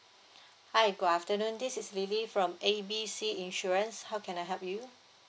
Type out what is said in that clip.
hi good afternoon this is lily from A B C insurance how can I help you